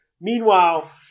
Meanwhile